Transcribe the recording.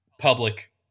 public